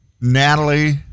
Natalie